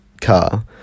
car